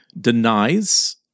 denies